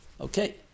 Okay